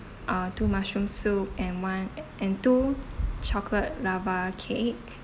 uh two mushroom soup and one a~ and two chocolate lava cake